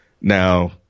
Now